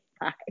bye